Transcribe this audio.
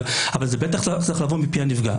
אבל זה בטח צריך לבוא מפי הנפגע.